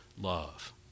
love